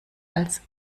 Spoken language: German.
als